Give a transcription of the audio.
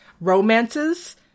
romances